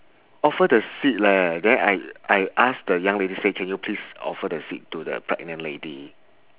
offer the seat leh then I I ask the young lady say can you please offer the seat to the pregnant lady